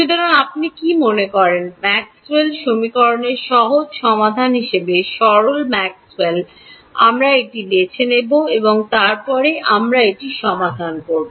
সুতরাং আপনি কী মনে করেন ম্যাক্সওয়েলের Maxwell'sসমীকরণের সহজ সমাধান হিসাবে সরল ম্যাক্সওয়েল আমরা এটি বেছে নেব এবং তারপরে আমরা এটি সমাধান করব